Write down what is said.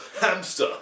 hamster